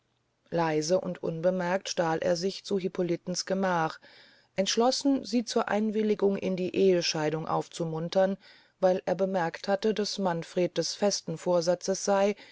leise und unbemerkt stahl er sich zu hippolitens gemach entschlossen sie zur einwilligung in die ehescheidung aufzumuntern weil er bemerkt hatte daß manfred des festen vorsatzes sey